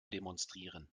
demonstrieren